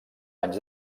anys